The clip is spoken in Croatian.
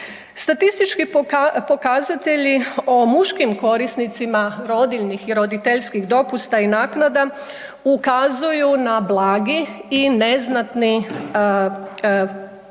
Statistički pokazatelji o muškim korisnicima rodiljnih i roditeljskih dopusta i naknada ukazuju na blagi i neznatni porast